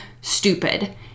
stupid